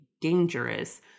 dangerous